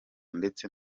ndetse